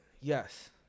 Yes